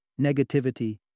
negativity